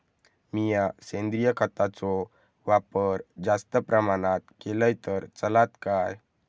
मीया सेंद्रिय खताचो वापर जास्त प्रमाणात केलय तर चलात काय?